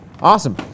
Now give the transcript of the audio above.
Awesome